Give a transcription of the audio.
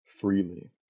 freely